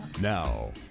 Now